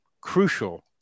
crucial